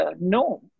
no